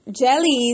Jellies